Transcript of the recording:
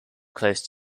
close